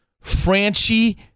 Franchi